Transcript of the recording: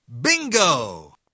Bingo